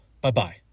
Bye-bye